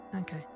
okay